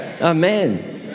Amen